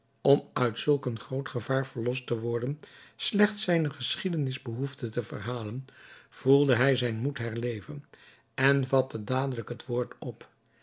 om uit zulk een groot gevaar verlost te worden slechts zijne geschiedenis behoefde te verhalen voelde hij zijn moed herleven en vatte dadelijk het woord op